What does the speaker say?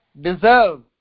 deserve